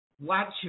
Watch